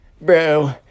bro